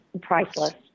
priceless